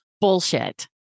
bullshit